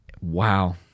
wow